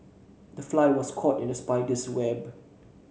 the fly was caught in the spider's web